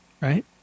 right